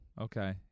Okay